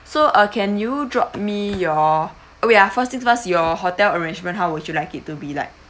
so uh can you drop me your wait ah first thing first your hotel arrangement how would you like it to be like